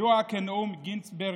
הידוע כנאום גטיסברג,